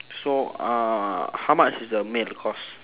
so uh how much is the meal cost